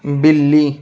بلّی